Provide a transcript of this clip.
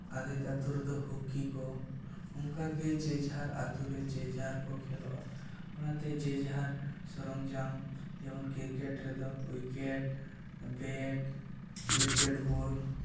ᱟᱫᱷᱮᱠ ᱟᱹᱛᱩ ᱨᱮᱫᱚ ᱦᱚᱸᱠᱤ ᱠᱚ ᱚᱱᱠᱟᱜᱮ ᱡᱮ ᱡᱟᱦᱟᱨ ᱟᱹᱛᱩ ᱨᱮ ᱡᱮᱡᱟᱦᱟᱨ ᱠᱚ ᱠᱷᱮᱞᱚᱜᱼᱟ ᱚᱱᱟᱛᱮ ᱡᱮ ᱡᱟᱦᱟᱨ ᱥᱚᱨᱚᱧᱡᱟᱢ ᱡᱮᱢᱚᱱ ᱠᱨᱤᱠᱮᱹᱴ ᱨᱮᱫᱚ ᱩᱭᱠᱮᱹᱴ ᱵᱮᱹᱴ ᱠᱨᱤᱠᱮᱹᱴ ᱵᱚᱞ